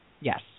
Yes